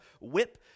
whip